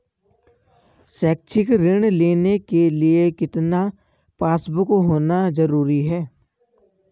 शैक्षिक ऋण लेने के लिए कितना पासबुक होना जरूरी है?